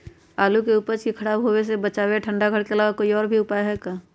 आलू के उपज के खराब होवे से बचाबे ठंडा घर के अलावा कोई और भी उपाय है का?